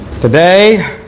Today